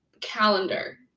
calendar